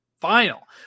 final